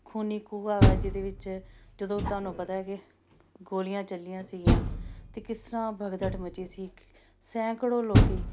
ਖੂਨੀ ਖੂਹ ਆ ਜਿਹਦੇ ਵਿੱਚ ਜਦੋਂ ਤੁਹਾਨੂੰ ਪਤਾ ਕਿ ਗੋਲੀਆਂ ਚੱਲੀਆਂ ਸੀਗੀਆਂ ਅਤੇ ਕਿਸ ਤਰ੍ਹਾਂ ਭਗਦੜ ਮੱਚੀ ਸੀ ਸੈਂਕੜੋਂ ਲੋਕ